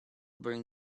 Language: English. bring